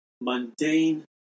mundane